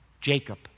Jacob